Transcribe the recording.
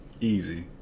Easy